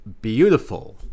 beautiful